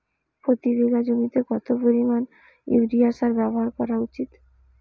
প্রতি বিঘা জমিতে কত পরিমাণ ইউরিয়া সার ব্যবহার করা উচিৎ?